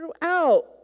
Throughout